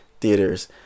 theaters